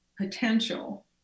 potential